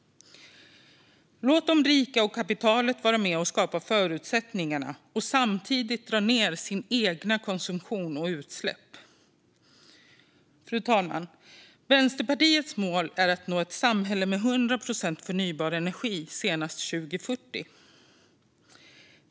Låt de rika och kapitalet vara med och skapa förutsättningarna och samtidigt dra ned sin egen konsumtion och sina egna utsläpp! Fru talman! Vänsterpartiets mål är att nå ett samhälle med 100 procent förnybar energi senast 2040.